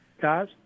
Guys